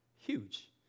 huge